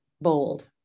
bold